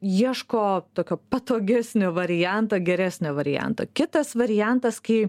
ieško tokio patogesnio varianto geresnio varianto kitas variantas kai